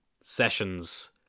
sessions